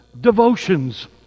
Devotions